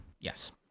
Yes